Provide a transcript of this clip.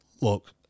Look